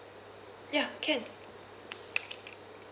ya can